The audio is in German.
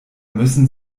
müssen